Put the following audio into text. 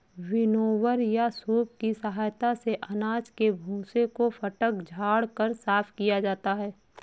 winnower या सूप की सहायता से अनाज के भूसे को फटक झाड़ कर साफ किया जाता है